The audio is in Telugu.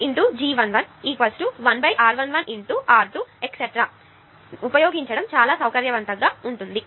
etc ను ఉపయోగించడం చాలా సౌకర్యవంతంగా ఉంటుంది